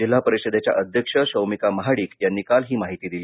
जिल्हा परिषदेच्या अध्यक्ष शौमिका महाडिक यांनी काल ही माहिती दिली